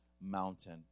mountain